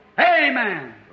Amen